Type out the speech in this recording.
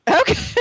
Okay